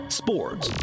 sports